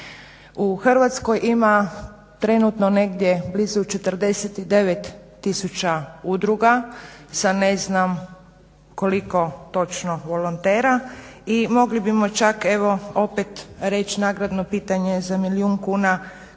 U Hrvatskoj ima trenutno negdje blizu 40 tisuća udruga sa ne znam koliko točno volontera i mogli bimo opet reći nagradno pitanje za milijun kuna,